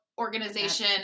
organization